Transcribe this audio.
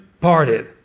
parted